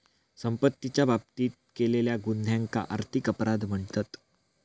संपत्तीच्या बाबतीत केलेल्या गुन्ह्यांका आर्थिक अपराध म्हणतत